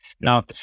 Now